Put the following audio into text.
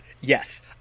Yes